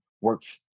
works